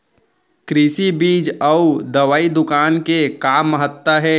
कृषि बीज अउ दवई दुकान के का महत्ता हे?